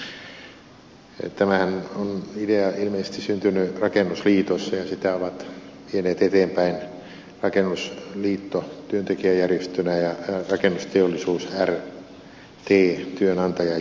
tämä ideahan on ilmeisesti syntynyt rakennusliitossa ja sitä ovat vieneet eteenpäin rakennusliitto työntekijäjärjestönä ja rakennusteollisuus rt työnantajajärjestönä